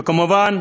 וכמובן,